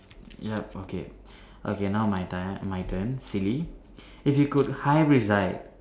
yup okay okay now my time my turn silly if you could hybridise